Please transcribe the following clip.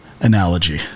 analogy